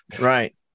Right